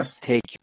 take